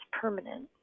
permanent